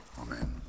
Amen